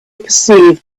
perceived